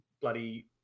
bloody